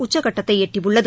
உச்சக்கட்டத்தை எட்டியுள்ளது